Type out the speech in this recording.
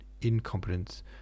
incompetence